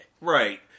Right